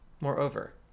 Moreover